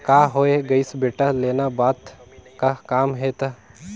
का होये गइस बेटा लेना बता का काम हे त